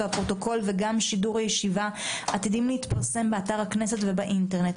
והפרוטוקול וגם שידור הישיבה עתידים להתפרסם באתר הכנסת ובאינטרנט.